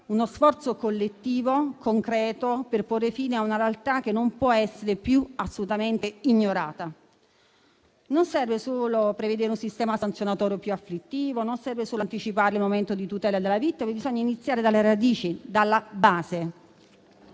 uno sforzo collettivo concreto per porre fine a una realtà che non può più essere ignorata. Non serve solo prevedere un sistema sanzionatorio più afflittivo, non serve solo anticipare il momento di tutela della vittima; bisogna iniziare dalle radici, dalla base.